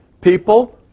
People